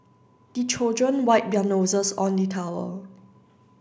the children wipe their noses on the towel